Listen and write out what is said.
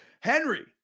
Henry